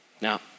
Now